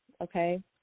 okay